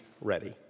ready